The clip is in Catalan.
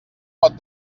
pot